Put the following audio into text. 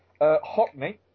Hockney